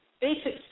basic